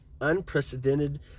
unprecedented